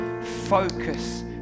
focus